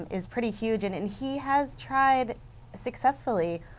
um is pretty huge, and and he has tried successfully,